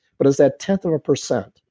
but as that tenth of a percent,